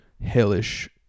hellish